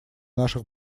наших